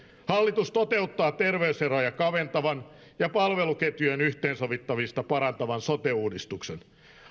hallitus toteuttaa terveyseroja kaventavan ja palveluketjujen yhteensovittamista parantavan sote uudistuksen